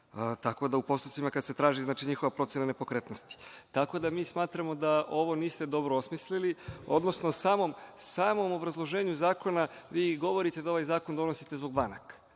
Tako da, u postupcima kada se traži njihova procena nepokretnosti. Tako da, mi smatramo da ovo niste dobro osmislili, odnosno samom obrazloženju zakona vi govorite da ovaj zakon donosite zbog banaka.